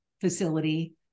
facility